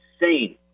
insane